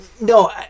no